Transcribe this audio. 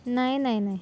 नाही नाही नाही